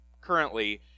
currently